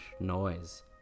noise